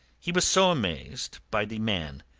he was so amazed by the man,